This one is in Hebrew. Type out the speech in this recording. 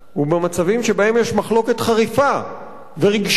הוא במצבים שבהם יש מחלוקת חריפה ורגשית